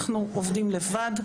אנחנו עובדים לבד.